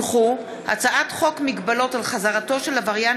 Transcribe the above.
הצעת חוק מגבלות על חזרתו של עבריין